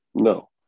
No